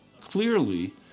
Clearly